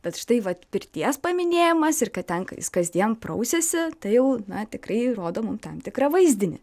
bet štai vat pirties paminėjimas ir kad ten jis kasdien prausėsi tai jau tikrai rodo mum tam tikrą vaizdinį